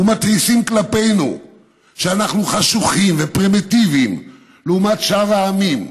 ומתריסים כלפינו שאנחנו חשוכים ופרימיטיביים לעומת שאר העמים,